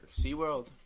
SeaWorld